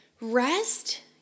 rest